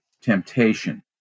temptation